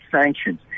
sanctions